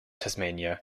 tasmania